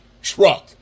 truck